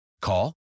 Call